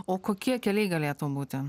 o kokie keliai galėtų būti